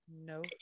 no